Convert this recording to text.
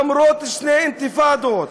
למרות שתי אינתיפאדות,